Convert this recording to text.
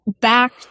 Back